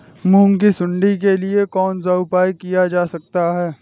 मूंग की सुंडी के लिए कौन सा उपाय किया जा सकता है?